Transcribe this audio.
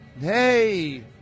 hey